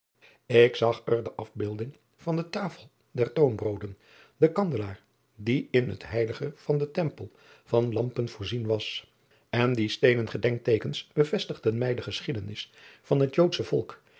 k zag er de afbeelding van de tafel der toonbroden den kandelaar die in het eilige van den empel van lampen voorzien was en die steenen gedenkteekens bevestigden mij de geschiedenis van het oodsche volk